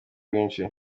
rwinshi